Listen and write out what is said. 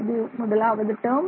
இது முதலாவது டேர்ம்